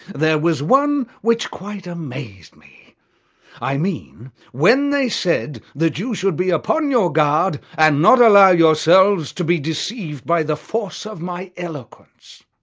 there was one which quite amazed me i mean when they said that you should be upon your guard and not allow yourselves to be deceived by the force of my eloquence.